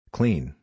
Clean